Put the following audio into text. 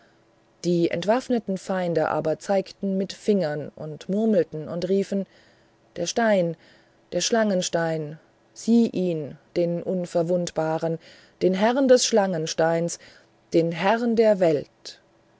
die entwaffneten feinde aber zeigten mit fingern und murmelten und riefen der stein der schlangenstein sieh ihn den unverwundbaren den herrn des schlangensteins den herrn der welt